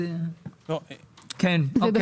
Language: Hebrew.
כן, אוקיי.